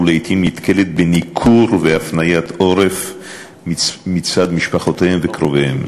ולעתים נתקלת בניכור והפניית עורף מצד משפחותיהם וקרוביהם.